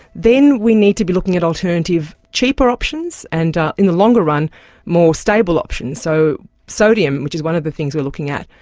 then we need to be looking at alternative cheaper options, and in the longer run more stable options. so, sodium, which is one of the things we are looking at,